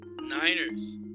Niners